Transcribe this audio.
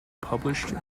published